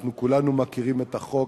אנחנו כולנו מכירים את החוק.